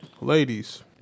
ladies